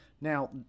Now